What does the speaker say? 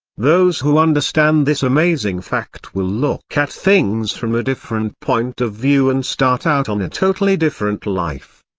those who understand this amazing fact will look at things from a different point of view and start out on a totally different life.